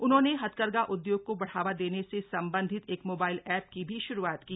उन्होंने हथकरघा उद्योग को बढ़ावा देने से संबंधित एक मोबाइल एप की भी श्रूआत की